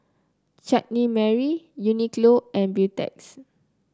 Chutney Mary Uniqlo and Beautex